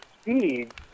speed